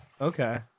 Okay